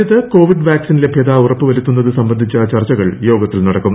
രാജ്യത്ത് Covid vaccine ലഭ്യത്ത് ഇറിപ്പുവരുത്തുന്നത് സംബന്ധിച്ച ചർച്ചകൾ യോഗത്തിൽ നടക്കും